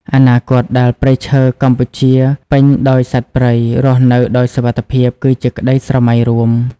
អនាគតដែលព្រៃឈើកម្ពុជាពេញដោយសត្វព្រៃរស់នៅដោយសុវត្ថិភាពគឺជាក្តីស្រមៃរួម។